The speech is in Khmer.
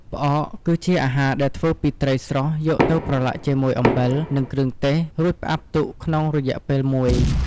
ផ្អក គឺជាអាហារដែលធ្វើពីត្រីស្រស់យកទៅប្រឡាក់ជាមួយអំបិល និងគ្រឿងទេស រួចផ្អាប់ទុកក្នុងរយៈពេលមួយ។